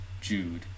jude